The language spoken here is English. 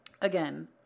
again